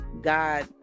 god